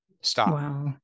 stop